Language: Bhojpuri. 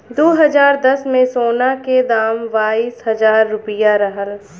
दू हज़ार दस में, सोना के दाम बाईस हजार रुपिया रहल